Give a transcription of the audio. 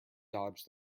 dodged